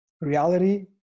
reality